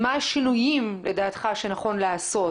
מה השינויים שלדעתך נכון לעשות